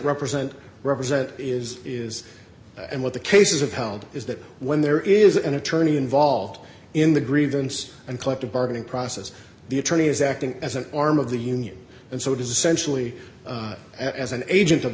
represent represent is is and what the cases have held is that when there is an attorney involved in the grievance and collective bargaining process the attorney is acting as an arm of the union and so does essentially as an agent